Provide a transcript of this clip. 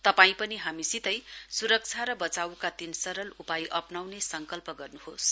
तपाईं पनि हामीसितै सुरक्षा र बचाईका तीन सरल उपाय अप्नाउने संकल्प गर्नुहोस